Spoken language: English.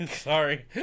Sorry